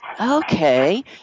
Okay